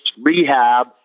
rehab